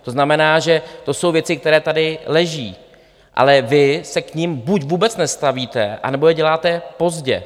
To znamená, že to jsou věci, které tady leží, ale vy se k nim buď vůbec nestavíte, anebo je děláte pozdě.